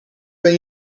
ben